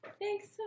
thanks